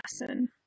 lesson